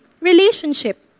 relationship